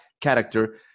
character